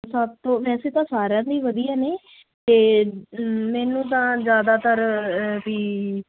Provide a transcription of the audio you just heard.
ਸਭ ਤੋਂ ਵੈਸੇ ਤਾਂ ਸਾਰਿਆਂ ਦੇ ਹੀ ਵਧੀਆ ਨੇ ਤੇ ਮੈਨੂੰ ਤਾਂ ਜ਼ਿਆਦਾਤਰ ਵੀ